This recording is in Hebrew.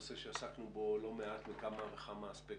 נושא שעסקנו בו לא מעט בכמה וכמה אספקטים,